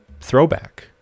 throwback